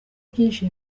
byinshi